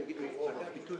ואת הסיפה